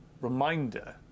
reminder